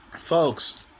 Folks